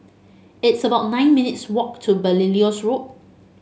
it's about nine minutes' walk to Belilios Road